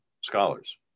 scholars